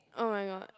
oh my god